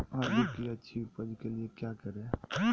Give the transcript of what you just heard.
आलू की अच्छी उपज के लिए क्या करें?